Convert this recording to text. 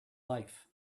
life